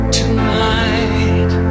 tonight